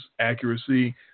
accuracy